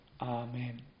Amen